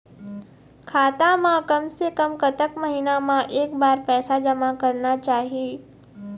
खाता मा कम से कम कतक महीना मा एक बार पैसा जमा करना चाही?